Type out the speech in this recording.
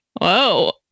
Whoa